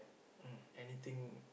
mm anything